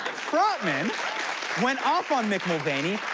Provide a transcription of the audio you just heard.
frotman went off on mick mulvaney,